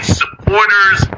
supporters